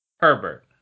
Herbert